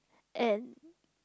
and